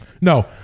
No